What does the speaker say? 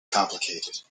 complicated